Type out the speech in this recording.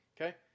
Okay